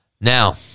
Now